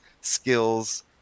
skills